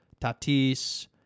Tatis